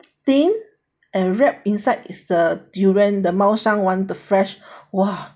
thin and wrapped inside is the durian the 猫山王 the fresh !whoa!